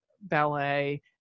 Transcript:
ballet